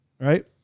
right